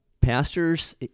pastors